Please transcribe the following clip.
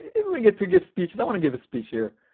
everyone gets to give speeches, i want to give a speech here.